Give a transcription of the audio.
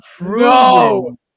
no